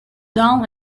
dawn